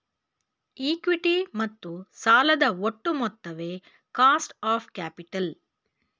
equity ಮತ್ತು ಸಾಲದ ಒಟ್ಟು ಮೊತ್ತವೇ ಕಾಸ್ಟ್ ಆಫ್ ಕ್ಯಾಪಿಟಲ್